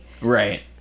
Right